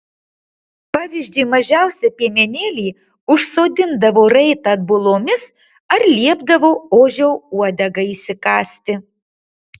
pavyzdžiui mažiausią piemenėlį užsodindavo raitą atbulomis ar liepdavo ožio uodegą įsikąsti